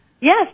Yes